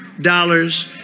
dollars